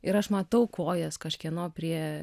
ir aš matau kojas kažkieno prie